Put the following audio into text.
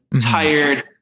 tired